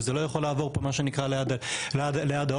וזה לא יכול לעבור פה, מה שנקרא, ליד האוזן.